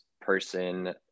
person